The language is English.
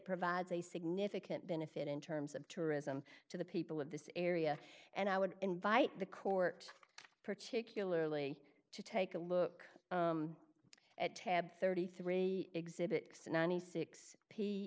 provides a significant benefit in terms of tourism to the people of this area and i would invite the court particularly to take a look at tab thirty three dollars exhibit ninety six